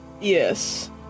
Yes